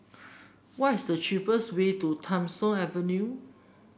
what is the cheapest way to Tham Soong Avenue